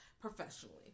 professionally